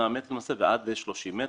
ועד 30 מטר.